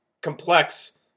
complex